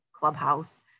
clubhouse